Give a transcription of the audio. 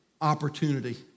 opportunity